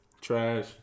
Trash